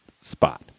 spot